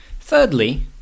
Thirdly